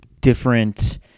different